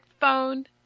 phone